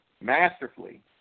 masterfully